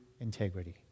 integrity